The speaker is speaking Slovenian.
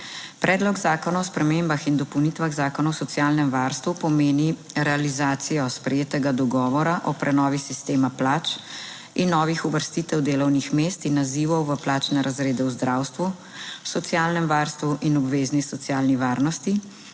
Predlog zakona o spremembah in dopolnitvah Zakona o socialnem varstvu pomeni realizacijo sprejetega dogovora o prenovi sistema plač in novih uvrstitev delovnih mest in nazivov v plačne razrede v zdravstvu, socialnem varstvu in obvezni socialni varnosti.